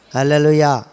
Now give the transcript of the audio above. Hallelujah